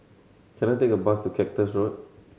can I take a bus to Cactus Road